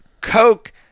Coke